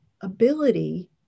ability